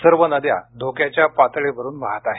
सर्व नद्या धोक्याच्या पातळीवरून वाहत आहेत